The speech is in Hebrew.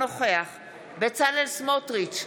אינו נוכח בצלאל סמוטריץ'